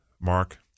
Mark